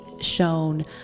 shown